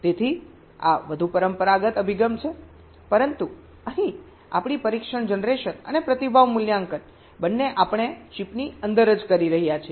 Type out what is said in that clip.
તેથી આ વધુ પરંપરાગત અભિગમ છે પરંતુ અહીં આપણી પરીક્ષણ જનરેશન અને પ્રતિભાવ મૂલ્યાંકન બંને આપણે ચિપની અંદર જ કરી રહ્યા છીએ